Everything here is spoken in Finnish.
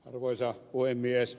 arvoisa puhemies